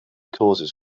causes